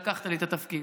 שלקחת לי את התפקיד.